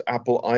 Apple